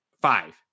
Five